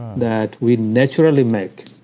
that we naturally make.